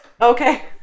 Okay